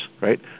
right